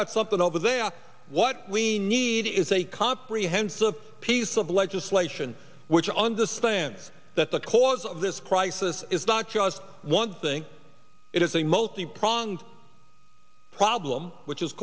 got something over there what we need is a comprehensive piece of legislation which understands that the cause of this crisis is not just one thing it is a multi pronged problem which is